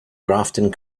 grafton